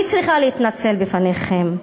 אני צריכה להתנצל בפניכם,